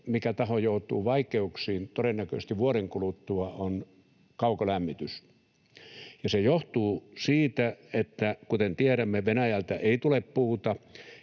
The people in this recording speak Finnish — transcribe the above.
mikä taho joutuu vaikeuksiin todennäköisesti vuoden kuluttua, on kaukolämmitys. Se johtuu siitä, että kuten tiedämme, Venäjältä ei tule puuta,